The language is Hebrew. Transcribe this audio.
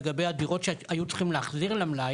לגבי הדירות שהיו צריכים להחזיר למלאי,